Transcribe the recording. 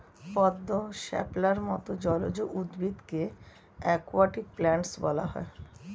পদ্ম, শাপলার মত জলজ উদ্ভিদকে অ্যাকোয়াটিক প্ল্যান্টস বলা হয়